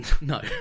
No